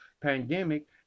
pandemic